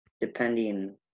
depending